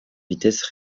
vitesse